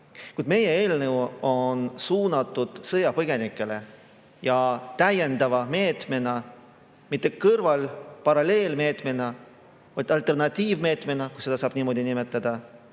meie eelnõu on suunatud sõjapõgenikele ja täiendava meetmena, mitte kõrval‑ või paralleelmeetmena, vaid alternatiivmeetmena, kui seda saab niimoodi nimetada,